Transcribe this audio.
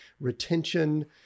retention